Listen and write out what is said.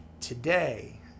today